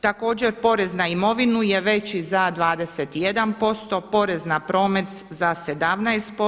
Također porez na imovinu je veći za 21%, porez na promet za 17%